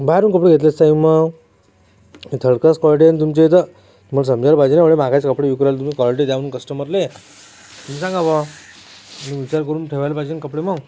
बाहेरून कपडे घेतले असते मग तर खास कॉलटीनं तुमच्या इथं मग समजायला पाहिजे ना एवढे महागाचे कपडे विकून राहिले तुम्ही कॉलटी द्या मग कस्टमरला तुमी सांगा बुवा तुम्ही विचार करून ठेवायला पाहिजे ना कपडे मग